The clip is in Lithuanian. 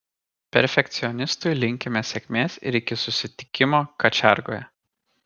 perfekcionistui linkime sėkmės ir iki susitikimo kačiargoje